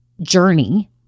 journey